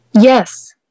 yes